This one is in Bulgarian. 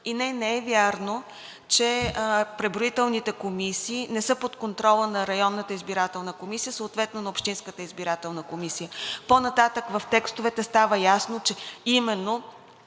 не е вярно, че преброителните комисии не са под контрола на районната избирателна комисия, съответно на общинската избирателна комисия. По-нататък в текстовете става ясно, че именно